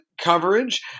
coverage